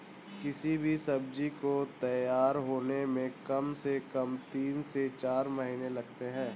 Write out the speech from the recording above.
किसी भी सब्जी को तैयार होने में कम से कम तीन से चार महीने लगते हैं